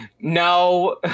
No